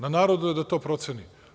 Na narodu je da to proceni.